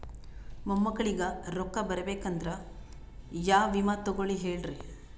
ಮೊಮ್ಮಕ್ಕಳಿಗ ರೊಕ್ಕ ಬರಬೇಕಂದ್ರ ಯಾ ವಿಮಾ ತೊಗೊಳಿ ಹೇಳ್ರಿ?